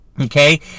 Okay